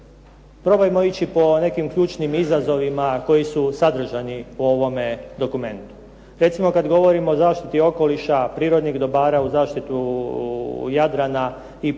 Probajmo ići po nekim ključnim izazovima koji su sadržani u ovome dokumentu. Recimo, kad govorimo o zaštiti okoliša, prirodnih dobara, o zaštiti Jadrana i priobalja